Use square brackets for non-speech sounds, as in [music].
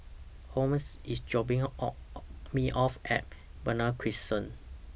Holmes IS dropping [unintelligible] Me off At Benoi Crescent